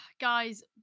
guys